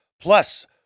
Plus